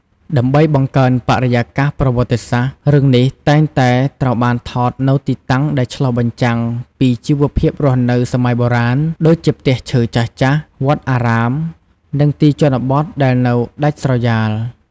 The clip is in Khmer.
ដើម្បីបង្កើនបរិយាកាសប្រវត្តិសាស្ត្រ រឿងនេះតែងតែត្រូវបានថតនៅទីតាំងដែលឆ្លុះបញ្ចាំងពីជីវភាពរស់នៅសម័យបុរាណ ដូចជាផ្ទះឈើចាស់ៗ វត្តអារាម និងទីជនបទដែលនៅដាច់ស្រយាល។